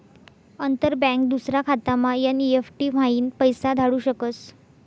अंतर बँक दूसरा खातामा एन.ई.एफ.टी म्हाईन पैसा धाडू शकस